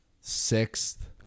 sixth